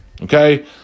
okay